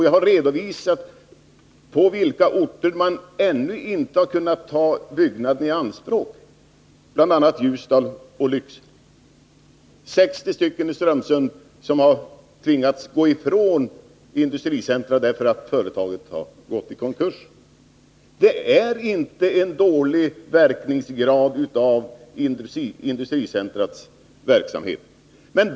Jag har redovisat på vilka orter man ännu inte har kunnat ta byggnaden i anspråk, bl.a. Ljusdal och Lycksele. 60 människor i Strömsund har tvingats gå ifrån industricentrum därför att företaget har gått i konkurs. Det är inte en dålig verkningsgrad hos industricentra.